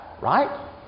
right